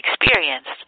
experienced